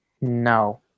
No